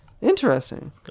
interesting